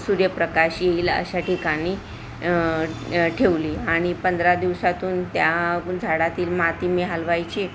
सूर्यप्रकाश येईल अशा ठिकाणी ठेवली आणि पंधरा दिवसातून त्या झाडातील माती मी हलवायची